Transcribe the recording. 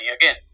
Again